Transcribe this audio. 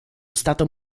stato